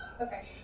Okay